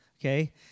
okay